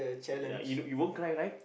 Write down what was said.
ya you won't cry right